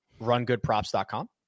rungoodprops.com